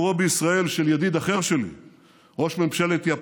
שאפשר להתגבר על התנגדותם של אויבינו לעצם קיומנו כאן באמצעות מחוות,